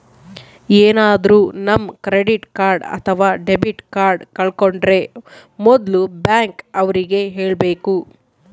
ಏನಾದ್ರೂ ನಮ್ credit card ಅಥವಾ ಡೆಬಿಟ್ ಕಾರ್ಡ್ ಕಳ್ಕೊಂಡ್ರೆ ಮೊದ್ಲು ಬ್ಯಾಂಕ್ ಅವ್ರಿಗೆ ಹೇಳ್ಬೇಕು